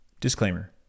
Disclaimer